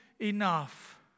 enough